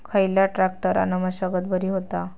खयल्या ट्रॅक्टरान मशागत बरी होता?